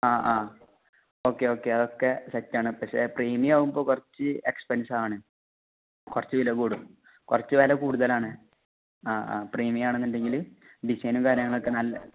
ആ ആ okay okay അതൊക്കെ സെറ്റാണ് പക്ഷെ പ്രീമിയം ആവുമ്പോൾ കുറച്ച് എക്സ്പെൻസാണ് കുറച്ച് വില കൂടും കുറച്ച് വില കൂടുതലാണ് ആ ആ പ്രീമിയ ആണെന്നുണ്ടെങ്കിൽ ഡിസൈനും കാര്യങ്ങളൊക്കെ നല്ല